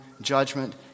judgment